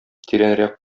тирәнрәк